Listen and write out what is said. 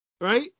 right